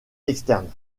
externes